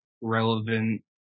Relevant